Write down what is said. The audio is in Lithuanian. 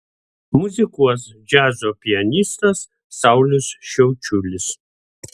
muzikuos džiazo pianistas saulius šiaučiulis